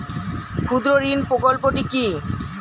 ক্ষুদ্রঋণ প্রকল্পটি কি?